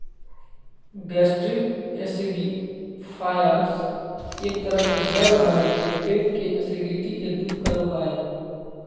gastric acidifiers एक तरह के ड्रग हय जे पेट के एसिडिटी के दूर करो हय